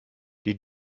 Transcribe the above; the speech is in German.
die